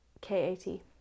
K-a-t